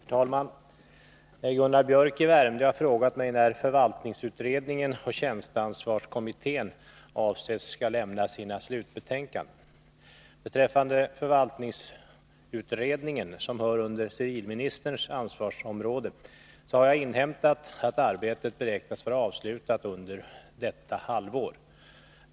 Herr talman! Gunnar Biörck i Värmdö har frågat mig när förvaltningsutredningen och tjänsteansvarskommittén avses skola överlämna sina slutbetänkanden. Beträffande förvaltningsutredningen — som tillhör civilministerns ansvarsområde — har jag inhämtat att arbetet beräknas vara avslutat under innevarande halvår.